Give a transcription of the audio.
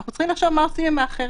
אנחנו צריכים לחשוב מה עושים עם האחרים.